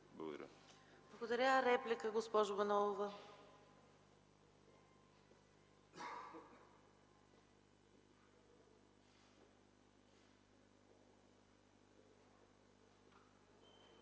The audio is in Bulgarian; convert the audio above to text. Благодаря. Реплика – госпожа Манолова.